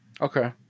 Okay